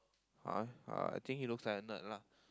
uh I think he looks like a nerd lah